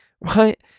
right